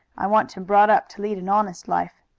i want him brought up to lead an honest life.